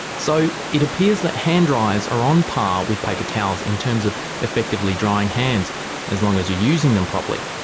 so it appears that hand dryers are on par with paper towels in terms of effectively drying hands as long as you're using them properly.